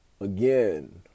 again